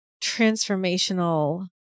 transformational